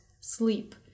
sleep